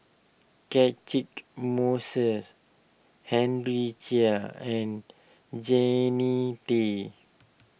Catchick Moses Henry Chia and Jannie Tay